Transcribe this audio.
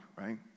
right